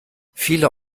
viele